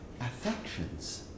affections